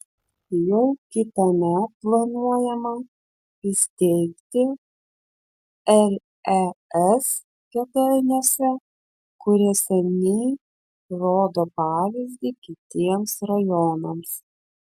jau kitąmet planuojama įsteigti lez kėdainiuose kurie seniai rodo pavyzdį kitiems rajonams